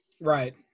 Right